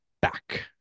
back